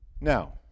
Now